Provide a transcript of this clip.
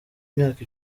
imyaka